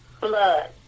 blood